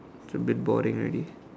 it's a bit boring already